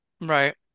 Right